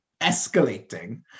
escalating